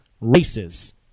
races